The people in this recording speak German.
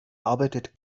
arbeitet